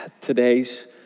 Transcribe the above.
today's